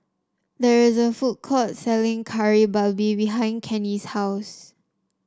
there is a food court selling Kari Babi behind Kenny's house